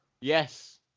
Yes